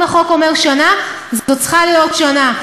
אם החוק אומר שנה, זו צריכה להיות שנה.